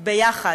ביחד.